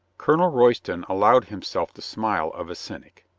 colonel royston allowed himself the smile of a cynic.